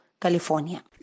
California